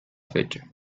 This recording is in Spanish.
fecha